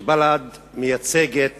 שבל"ד מייצגת